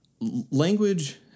language